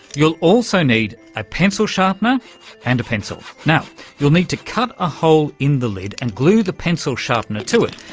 you'll also need a pencil sharpener and a pencil. now you'll need to cut a hole in the lid and glue the pencil sharpener to it.